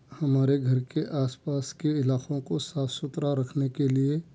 ہمارے گھر کے آس پاس کے علاقوں کو صاف سُتھرا رکھنے کے لئے